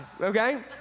okay